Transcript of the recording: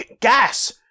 Gas